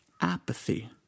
apathy